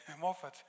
Moffat